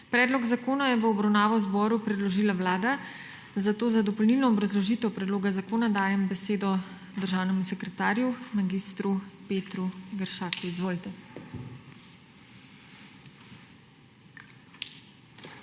Predlog zakona je v obravnavo Državnemu zboru predložila Vlada, zato za dopolnilno obrazložitev predloga zakona dajem besedo državnemu sekretarju mag. Petru Geršaku. Izvolite.